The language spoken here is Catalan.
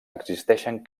existeixen